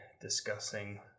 discussing